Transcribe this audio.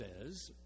says